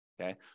okay